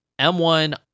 M1